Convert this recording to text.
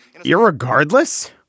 Irregardless